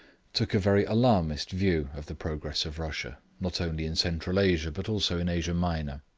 took a very alarmist view of the progress of russia, not only in central asia but also in asia minor.